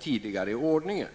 tidigare ordning.